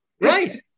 Right